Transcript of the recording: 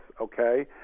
okay